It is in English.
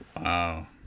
Wow